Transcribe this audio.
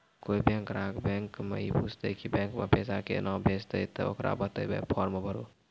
कोय बैंक ग्राहक बेंच माई पुछते की बैंक मे पेसा केना भेजेते ते ओकरा बताइबै फॉर्म भरो